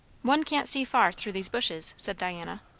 one can't see far through these bushes, said diana.